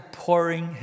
pouring